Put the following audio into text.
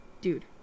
dude